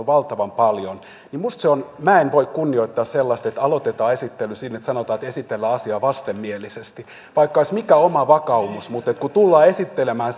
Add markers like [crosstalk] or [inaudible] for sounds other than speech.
[unintelligible] valtavan paljon niin minä en voi kunnioittaa sellaista että aloitetaan esittely siten että sanotaan että esitellään asia vastenmielisesti vaikka olisi mikä oma vakaumus mutta kun tullaan esittelemään [unintelligible]